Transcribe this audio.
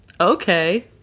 Okay